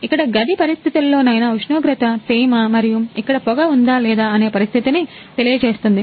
ఇక్కడ గది పరిస్థితుల్లోనైనా ఉష్ణోగ్రత తేమ మరియు ఇక్కడ పొగ ఉందా లేదా అనే పరిస్థితిని తెలియజేస్తుంది